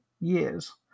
years